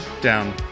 down